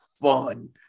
fun